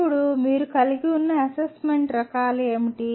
ఇప్పుడు మీరు కలిగి ఉన్న అసెస్మెంట్ రకాలు ఏమిటి